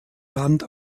band